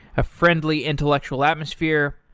a friendly intellectual atmosphere.